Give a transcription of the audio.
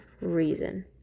reason